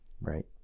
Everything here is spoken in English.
right